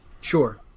Sure